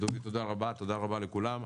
דובי תודה רבה, תודה רבה לכולם.